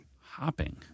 Hopping